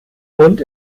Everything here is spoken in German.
und